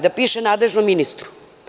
Da piše nadležnom ministru.